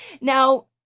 Now